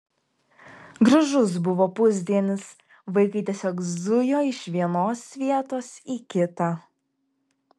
gražus buvo pusdienis vaikai tiesiog zujo iš vienos vietos į kitą